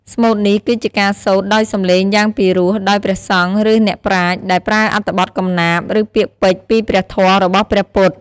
ស្មូតនេះគឺជាការសូត្រដោយសំឡេងយ៉ាងពីរោះដោយព្រះសង្ឃ ឬអ្នកប្រាជ្ញ ដែលប្រើអត្ថបទកំណាព្យ ឬពាក្យពេចន៍ពីព្រះធម៌របស់ព្រះពុទ្ធ។